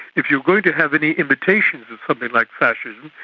if you are going to have any imitations of something like fascism,